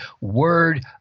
Word